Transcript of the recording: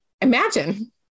Imagine